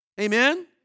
Amen